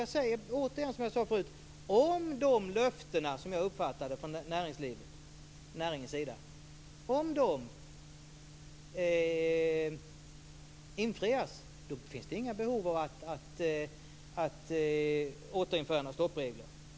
Jag säger återigen att om löftena, som jag uppfattade att det var från näringens sida, infrias finns det inget behov av att återinföra några stoppregler.